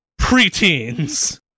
preteens